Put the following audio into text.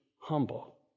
humble